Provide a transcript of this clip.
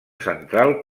central